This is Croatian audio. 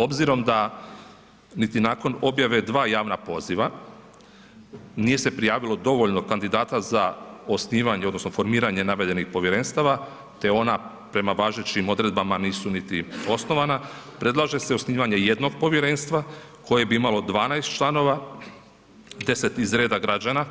Obzirom da niti nakon objave 2 javna poziva, nije se prijavilo dovoljno kandidata za osnivanje odnosno formiranje navedenih povjerenstava te ona prema važećim odredbama nisu niti osnovana predlaže se osnivanje jednog povjerenstva koje bi imalo 12 članova, 10 iz reda građana,